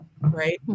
Right